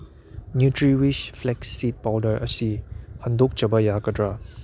Nutriwish flax ꯁꯤ powder ꯑꯁꯤ ꯍꯟꯗꯣꯛꯆꯕ ꯌꯥꯒꯗ꯭ꯔ